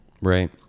Right